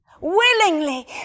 Willingly